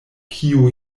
kiu